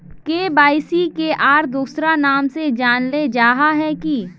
KYC के आर दोसरा नाम से जानले जाहा है की?